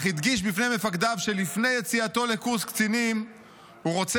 אך הדגיש בפני מפקדיו שלפני יציאתו לקורס קצינים הוא רוצה